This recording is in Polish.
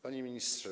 Panie Ministrze!